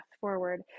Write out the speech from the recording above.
forward